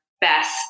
best